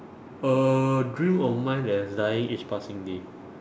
a dream of mine that is dying each passing day